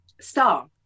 Star